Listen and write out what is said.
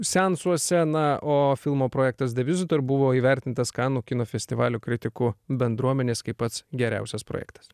seansuose na o filmo projektas devizu dar buvo įvertintas kanų kino festivalio kritikų bendruomenės kaip pats geriausias projektas